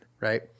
right